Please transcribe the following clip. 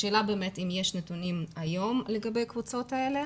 השאלה היא אם יש נתונים היום לגבי הקבוצות האלה.